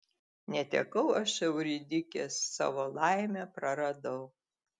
netekau aš euridikės savo laimę praradau